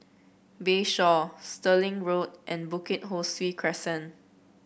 Bayshore Stirling Road and Bukit Ho Swee Crescent